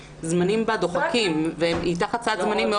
שהזמנים בה דוחקים והיא תחת סד זמנים מאוד